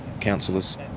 councillors